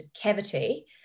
cavity